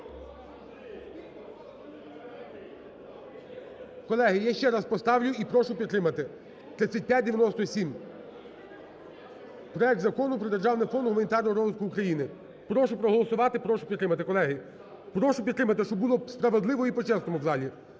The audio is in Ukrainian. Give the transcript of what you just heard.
Колеги, я ще раз поставлю і прошу підтримати 3597: проект Закону про державний фонд гуманітарного розвитку України. Прошу проголосувати, прошу підтримати, колеги. Прошу підтримати, щоб було справедливо і по-чесному в залі,